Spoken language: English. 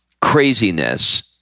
craziness